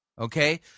okay